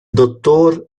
dottor